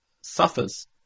suffers